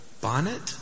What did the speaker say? bonnet